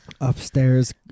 Upstairs